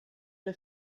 der